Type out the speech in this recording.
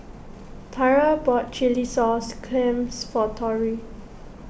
Tyra bought Chilli Sauce Clams for Lorrie